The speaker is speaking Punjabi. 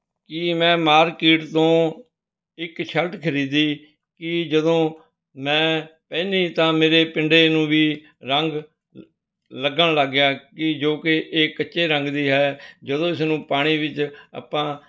ਕਿ ਮੈਂ ਮਾਰਕੀਟ ਤੋਂ ਇੱਕ ਸ਼ਲਟ ਖਰੀਦੀ ਕਿ ਜਦੋਂ ਮੈਂ ਪਹਿਨੀ ਤਾਂ ਮੇਰੇ ਪਿੰਡੇ ਨੂੰ ਵੀ ਰੰਗ ਲੱਗਣ ਲੱਗ ਗਿਆ ਕਿ ਜੋ ਕਿ ਇਹ ਕੱਚੇ ਰੰਗ ਦੀ ਹੈ ਜਦੋਂ ਇਸ ਨੂੰ ਪਾਣੀ ਵਿੱਚ ਆਪਾਂ